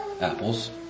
apples